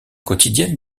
quotidienne